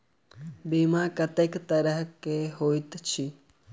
बीमा कत्तेक तरह कऽ होइत छी?